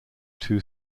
two